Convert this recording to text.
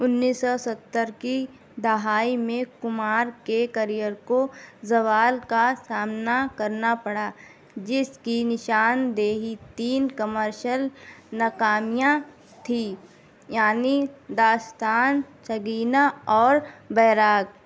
انیس سو ستر کی دہائی میں کمار کے کریئر کو زوال کا سامنا کرنا پڑا جس کی نشان دیہی تین کمرشل ناکامیاں تھی یعنی داستان سگینا اور بیراگ